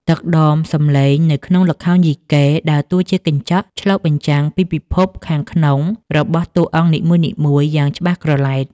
ទឹកដមសំឡេងនៅក្នុងល្ខោនយីកេ ដើរតួជាកញ្ចក់ឆ្លុះបញ្ចាំងពីពិភពខាងក្នុងរបស់តួអង្គនីមួយៗយ៉ាងច្បាស់ក្រឡែត។